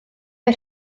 mae